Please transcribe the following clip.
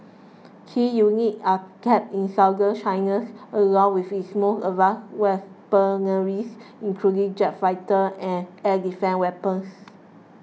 key units are kept in Southern China along with its most advanced weaponry including jet fighters and air defence weapons